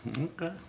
Okay